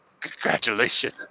Congratulations